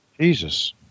Jesus